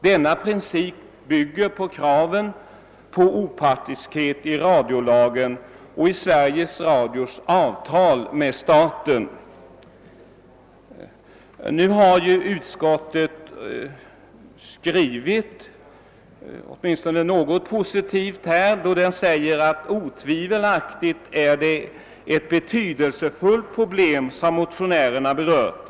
Denna princip bygger på kraven på opartiskhet i radiolagen och i Sveriges Radios avtal med staten. Utskottet har skrivit åtminstone någonting positivt i detta sammanhang: »Otvivelaktigt är det ett betydelsefullt problem som motionärerna berört.